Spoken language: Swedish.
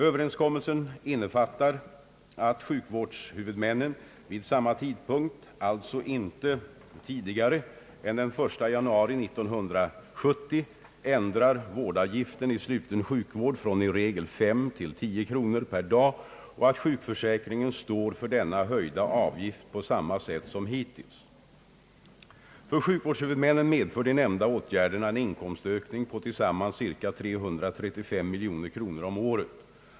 Överenskommelsen innefattar att sjukvårdshuvudmännen vid samma tidpunkt — alltså inte tidigare än den 1 januari 1970 — ändrar vårdavgiften i sluten sjukvård från i regel 5 till 10 kronor per dag och att sjukförsäkringen står för denna höjda avgift på samma sätt som hittills. För sjukvårdshuvudmännen <:medför «de nämnda åtgärderna en inkomstökning på tillsammans ca 235 miljoner kronor om året.